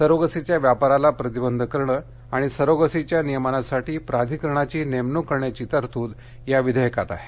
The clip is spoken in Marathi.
सरोगसीच्या व्यापाराला प्रतिबंध करणं आणि सरोगसीच्या नियमनासाठी प्राधिकरणाची नेमणूक करण्याची तरतूद या विधेयकात आहे